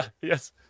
Yes